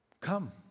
Come